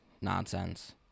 nonsense